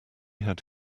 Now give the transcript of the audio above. had